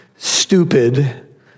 stupid